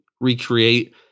recreate